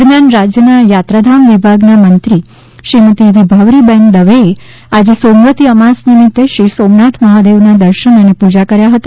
દરમિયાન રાજ્યના યાત્રાધામ વિભાગના મંત્રી શ્રીમતી વિભાવરીબેન દવેએ આજે સોમવતી અમાસ નિમિતે શ્રી સોમનાથ મહાદેવના દર્શન અને પૂજા કર્યા હતા